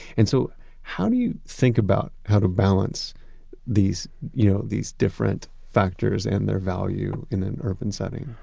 and so how do you think about how to balance these you know these different factors and their value in an urban setting?